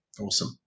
awesome